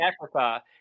Africa